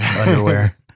Underwear